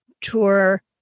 tour